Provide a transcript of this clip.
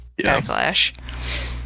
Backlash